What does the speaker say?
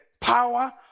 power